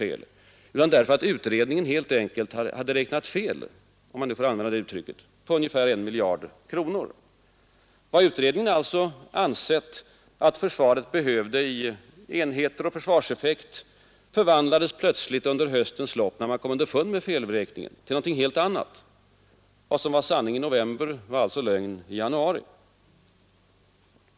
äl utan därför att utredningen helt enkelt ”hade räknat fel” om man får använda det uttrycket — på ungefär 1 miljard kronor. Vad utredningen hade ansett att försvaret behövde i fråga om enheter och försvarseffekt förvandlades plötsligt under höstens lopp, när man kom underfund med felräkningen, till någonting helt annat. Vad som var sanning i november var alltså lögn i januari.